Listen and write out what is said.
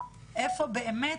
איפה באמת